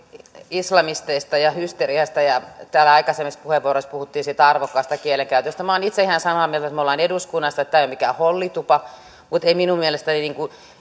islamisteista ja hysteriasta ja täällä aikaisemmissa puheenvuoroissa puhuttiin siitä arvokkaasta kielenkäytöstä minä olen itse ihan samaa mieltä että me olemme eduskunnassa että tämä ei ole mikään hollitupa mutta eivät minun mielestäni